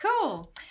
Cool